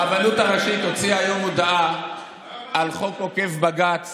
הרבנות הראשית הוציאה היום הודעה על חוק עוקף בג"ץ